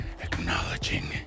acknowledging